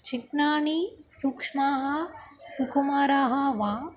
चित्राणि सूक्ष्माः सुकुमाराः वा